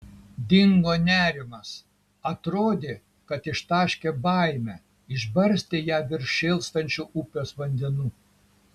dingo nerimas atrodė kad ištaškė baimę išbarstė ją virš šėlstančių upės vandenų